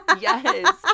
yes